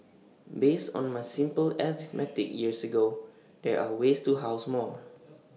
based on my simple arithmetic years ago there are ways to house more